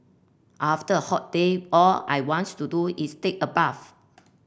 after a hot day all I wants to do is take a bath